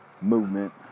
movement